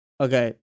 Okay